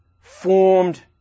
formed